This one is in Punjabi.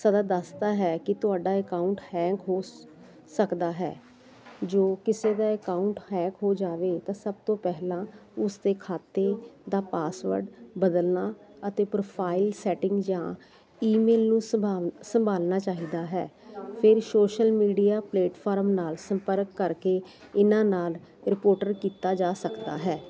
ਸਦਾ ਦੱਸਦਾ ਹੈ ਕਿ ਤੁਹਾਡਾ ਅਕਾਊਂਟ ਹੈਂਗ ਹੋ ਸਕਦਾ ਹੈ ਜੋ ਕਿਸੇ ਦਾ ਅਕਾਊਂਟ ਹੈਂਗ ਹੋ ਜਾਵੇ ਤਾਂ ਸਭ ਤੋਂ ਪਹਿਲਾਂ ਉਸ ਤੇ ਖਾਤੇ ਦਾ ਪਾਸਵਰਡ ਬਦਲਣਾ ਅਤੇ ਪ੍ਰੋਫਾਈਲ ਸੈਟਿੰਗ ਜਾਂ ਈਮੇਲ ਨੂੰ ਸੰਭਾਵ ਸੰਭਾਲਣਾ ਚਾਹੀਦਾ ਹੈ ਫਿਰ ਸੋਸ਼ਲ ਮੀਡੀਆ ਪਲੇਟਫਾਰਮ ਨਾਲ ਸੰਪਰਕ ਕਰਕੇ ਇਹਨਾਂ ਨਾਲ ਰਿਪੋਰਟਰ ਕੀਤਾ ਜਾ ਸਕਦਾ ਹੈ